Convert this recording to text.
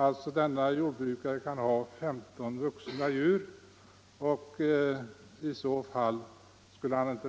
Om en jordbrukare har mer än 15 vuxna djur är han alltså inte